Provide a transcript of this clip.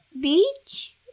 beach